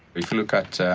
if you look at,